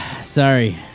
sorry